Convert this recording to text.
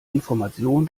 information